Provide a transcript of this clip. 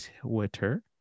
Twitter